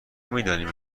میدانیم